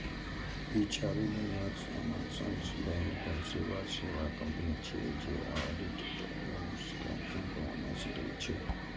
ई चारू दुनियाक सबसं पैघ पेशेवर सेवा कंपनी छियै जे ऑडिट, ट्रांजेक्शन परामर्श दै छै